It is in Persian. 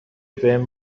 بهم